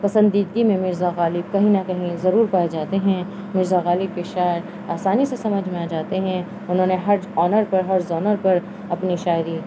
پسندیدگی میں مرزا غالب کہیں نہ کہیں ضرور پائے جاتے ہیں مرزا غالب کے شاعر آسانی سے سمجھ میں آ جاتے ہیں انہوں نے ہر آنر پر ہر زنر پر اپنی شاعری